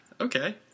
Okay